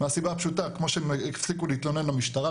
והסיבה פשוטה: כמו שהפסיקו להתלונן למשטרה,